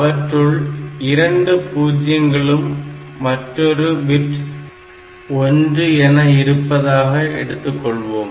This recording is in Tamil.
அவற்றுள் இரண்டு பூஜ்ஜியங்களும் மற்றொரு பிட் 1 எனவும் இருப்பதாக எடுத்துக்கொள்வோம்